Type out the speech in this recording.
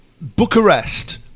Bucharest